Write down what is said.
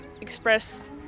express